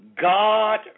God